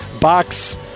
box